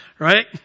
Right